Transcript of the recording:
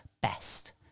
best